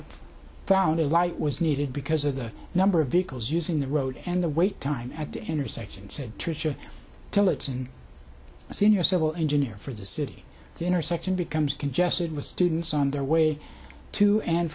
area found a light was needed because of the number of vehicles using the road and the wait time at the intersection said tricia tillotson a senior civil engineer for the city the intersection becomes congested with students on their way to and